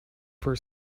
for